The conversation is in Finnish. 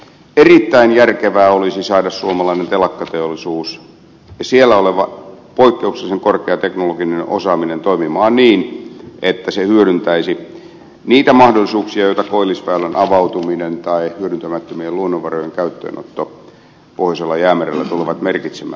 erittäin järkevää olisi saada suomalainen telakkateollisuus ja siellä oleva poikkeuksellisen korkea teknologinen osaaminen toimimaan niin että se hyödyntäisi niitä mahdollisuuksia joita koillisväylän avautuminen tai hyödyntämättömien luonnonvarojen käyttöönotto pohjoisella jäämerellä tulevat merkitsemään